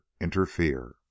interfere